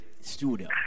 Studio